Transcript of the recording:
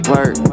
Work